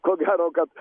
ko gero kad